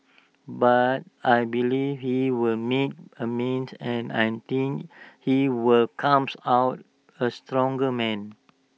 but I believe he will make amends and I think he will comes out A stronger man